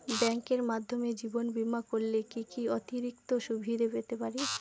ব্যাংকের মাধ্যমে জীবন বীমা করলে কি কি অতিরিক্ত সুবিধে পেতে পারি?